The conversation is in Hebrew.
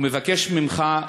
ומבקש ממך,